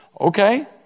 okay